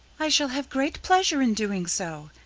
i shall have great pleasure in doing so,